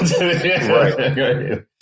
right